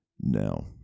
Now